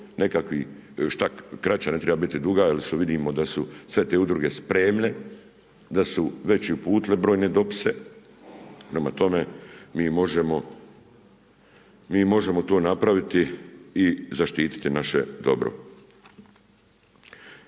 nekakvih šta kraća, ne treba biti duga jer vidimo da su sve te udruge spremne, da su već i uputile brojne dopise, prema tome mi možemo to napraviti i zaštiti naše dobro.